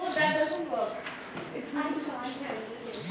online bank के अइला से पईसा भेजल आसान हो गईल हवे